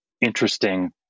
interesting